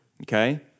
Okay